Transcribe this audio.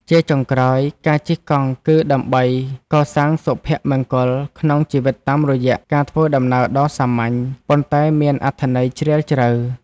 ជាចុងក្រោយ ការជិះកង់គឺដើម្បីកសាងសុភមង្គលក្នុងជីវិតតាមរយៈការធ្វើដំណើរដ៏សាមញ្ញ ប៉ុន្តែមានអត្ថន័យជ្រាលជ្រៅ។